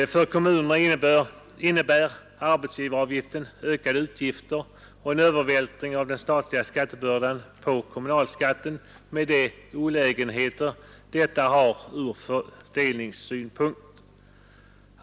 För kommunerna innebär arbetsgivaravgiften ökade utgifter och en övervältring av den statliga skattebördan på kommunalskatten, med de olägenheter detta har från fördelningssynpunkt.